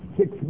six